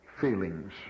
feelings